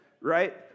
right